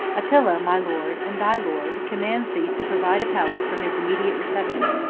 attila, my lord, and thy lord, commands thee to provide a palace for his immediate reception.